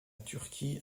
turquie